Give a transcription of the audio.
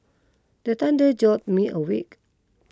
the thunder jolt me awake